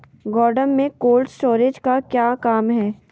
गोडम में cold storage का क्या काम है?